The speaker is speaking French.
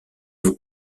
vous